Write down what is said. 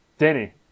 Danny